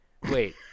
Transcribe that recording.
Wait